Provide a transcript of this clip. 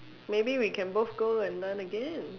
maybe we can both go and learn again